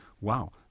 wow